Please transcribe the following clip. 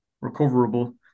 recoverable